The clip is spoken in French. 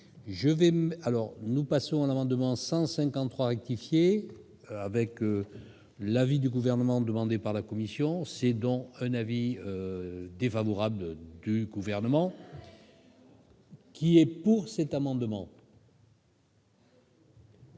m'alors, nous passons à l'amendement 153 rectifier. Avec l'avis du gouvernement demandées par la Commission, c'est donc un avis défavorable du gouvernement. Qui est pour cet amendement.